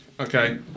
Okay